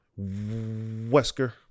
Wesker